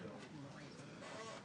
באילת, זה נכון, ראיתי שאתה מעדיף.